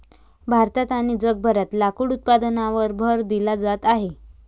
भारतात आणि जगभरात लाकूड उत्पादनावर भर दिला जात आहे